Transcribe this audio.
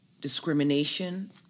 discrimination